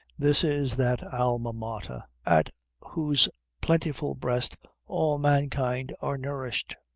this is that alma mater at whose plentiful breast all mankind are nourished.